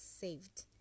saved